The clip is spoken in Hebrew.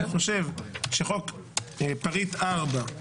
אני חושב שפריט 4,